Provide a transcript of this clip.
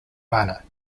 minor